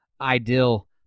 ideal